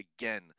again